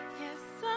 Yes